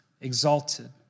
exalted